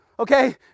okay